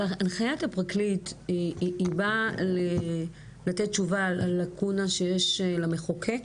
הנחיית הפרקליט היא באה לתת תשובה על לקונה שיש לחוק?